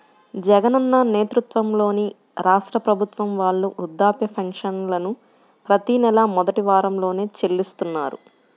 జగనన్న నేతృత్వంలోని రాష్ట్ర ప్రభుత్వం వాళ్ళు వృద్ధాప్య పెన్షన్లను ప్రతి నెలా మొదటి వారంలోనే చెల్లిస్తున్నారు